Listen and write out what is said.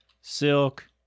silk